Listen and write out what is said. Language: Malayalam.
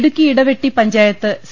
ഇടുക്കി ഇടവെട്ടി പഞ്ചായത്ത് സി